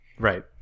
Right